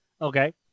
Okay